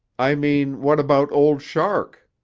i mean, what about old shark?